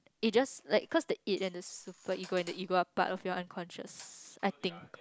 it's just like cause the age and the super you go and eat you go out part of your unconscious I think